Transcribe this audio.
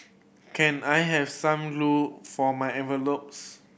can I have some glue for my envelopes